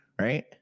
right